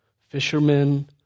Fishermen